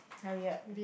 hurry up